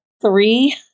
three